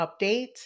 update